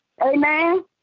Amen